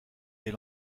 est